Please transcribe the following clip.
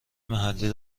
محلی